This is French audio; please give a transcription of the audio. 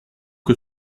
que